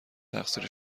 تقصیر